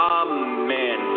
amen